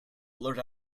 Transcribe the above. blurt